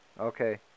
okay